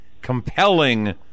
compelling